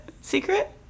secret